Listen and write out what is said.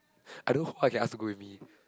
I know who I can ask to go with me